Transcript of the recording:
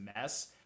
mess